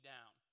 Down